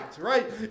Right